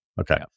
Okay